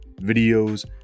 videos